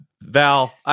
Val